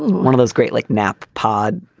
one of those great like nap pod.